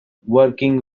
working